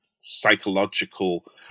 psychological